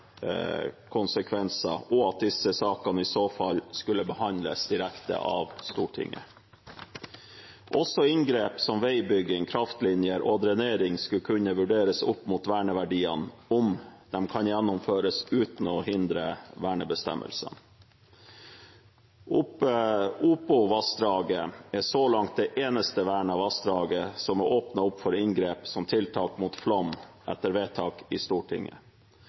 og at disse sakene i så fall skulle behandles direkte av Stortinget. Også inngrep som veibygging, kraftlinjer og drenering skulle kunne vurderes opp mot verneverdiene, om de kan gjennomføres uten å hindre vernebestemmelsene. Opovassdraget er så langt det eneste vernede vassdraget som etter vedtak i Stortinget er åpnet opp for inngrep som tiltak mot flom. Statsråden har vært tydelig på at kunnskapsgrunnlaget oppdateres jevnlig i